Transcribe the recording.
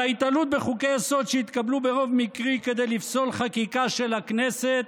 על ההיתלות בחוקי-יסוד שהתקבלו ברוב מקרי כדי לפסול חקיקה של הכנסת,